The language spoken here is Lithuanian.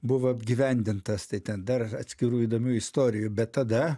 buvo apgyvendintas tai ten dar atskirų įdomių istorijų bet tada